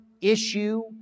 issue